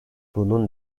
bunun